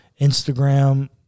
Instagram